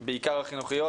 בעיקר החינוכיות,